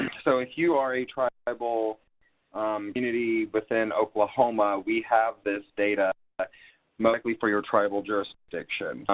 so if you are a tribal community within oklahoma, we have this data most likely for your tribal jurisdiction.